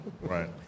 Right